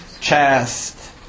chest